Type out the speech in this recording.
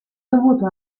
dovuto